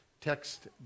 text